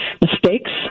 mistakes